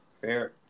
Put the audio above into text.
fair